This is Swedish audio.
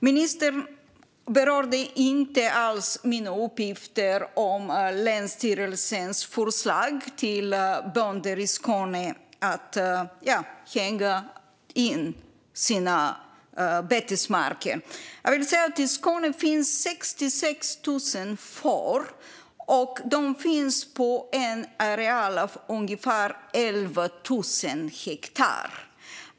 Ministern berörde inte alls mina uppgifter om länsstyrelsens förslag att bönder i Skåne skulle hägna in sina betesmarker. I Skåne finns 66 000 får, och de finns på en areal av ungefär 11 000 hektar.